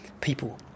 people